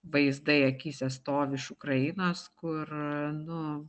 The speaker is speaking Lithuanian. vaizdai akyse stovi iš ukrainos kur nu